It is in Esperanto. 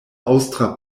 aŭstra